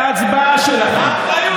בהצבעה שלכם,